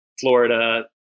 Florida